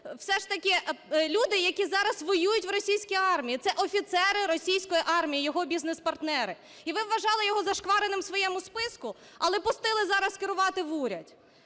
все ж таки люди, які зараз воюють в російській армії, це офіцери російської армії – його бізнес-партнери. І вважали його зашквареним в своєму списку, але пустили зараз керувати в уряд.